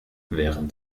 während